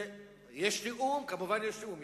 יש תיאום, כמובן, יש תיאום.